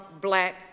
black